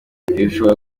bishobora